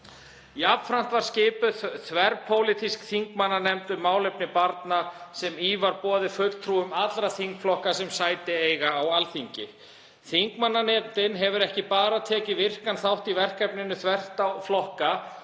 Jafnframt var skipuð þverpólitísk þingmannanefnd um málefni barna sem í var boðið fulltrúum allra þingflokka sem sæti eiga á Alþingi. Þingmannanefndin hefur ekki bara tekið virkan þátt í verkefninu þvert á flokka